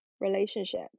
relationship